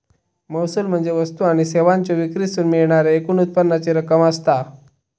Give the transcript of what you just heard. महसूल म्हणजे वस्तू आणि सेवांच्यो विक्रीतसून मिळणाऱ्या एकूण उत्पन्नाची रक्कम असता